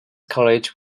college